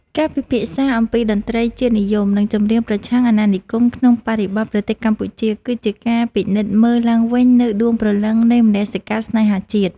ការពិភាក្សាអំពីតន្ត្រីជាតិនិយម និងចម្រៀងប្រឆាំងអាណានិគមក្នុងបរិបទប្រទេសកម្ពុជា គឺជាការពិនិត្យមើលឡើងវិញនូវដួងព្រលឹងនៃមនសិការស្នេហាជាតិ។